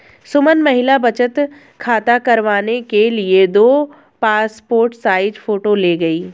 सुमन महिला बचत खाता करवाने के लिए दो पासपोर्ट साइज फोटो ले गई